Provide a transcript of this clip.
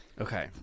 Okay